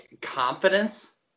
confidence